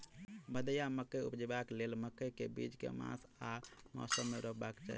भदैया मकई उपजेबाक लेल मकई केँ बीज केँ मास आ मौसम मे रोपबाक चाहि?